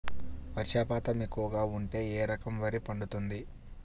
వర్షపాతం ఎక్కువగా ఉంటే ఏ రకం వరి పండుతుంది?